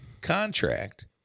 contract